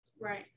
Right